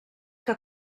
que